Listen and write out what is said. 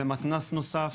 זה מתנ"ס נוסף,